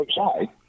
outside